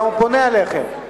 והוא גם פונה אליכם.